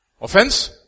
Offense